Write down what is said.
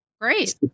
great